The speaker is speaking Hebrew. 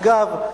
אגב,